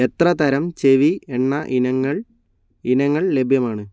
എത്ര തരം ചെവി എണ്ണ ഇനങ്ങൾ ഇനങ്ങൾ ലഭ്യമാണ്